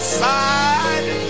side